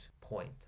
point